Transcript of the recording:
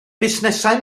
busnesau